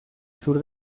sur